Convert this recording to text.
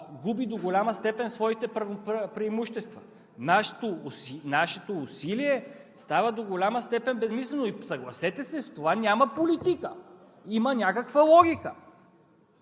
губи до голяма степен своите преимущества. Нашето усилие става до голяма степен безсмислено и, съгласете се, в това няма политика, има някаква логика.